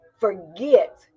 forget